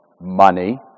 Money